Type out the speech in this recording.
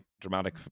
dramatic